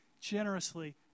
generously